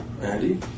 Andy